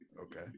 Okay